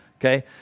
okay